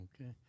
Okay